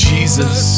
Jesus